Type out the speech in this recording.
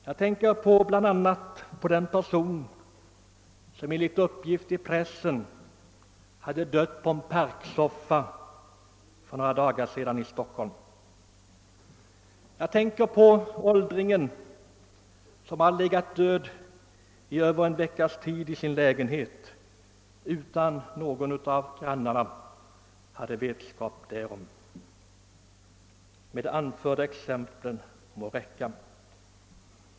Jag tänker på bl.a. den person som enligt uppgift i pressen för några dagar sedan dog på en parksoffa i Stockholm. Jag tänker på åldringen som hade legat död i över en vecka i sin lägenhet utan att någon av grannarna hade vetskap därom. De anförda exemplen må räcka.